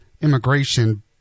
immigration